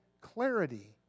clarity